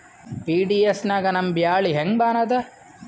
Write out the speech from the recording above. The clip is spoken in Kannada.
ಪಿ.ಡಿ.ಎಸ್ ನಾಗ ನಮ್ಮ ಬ್ಯಾಳಿ ಹೆಂಗ ಮಾರದ?